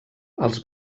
els